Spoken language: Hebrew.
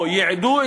או ייעדו,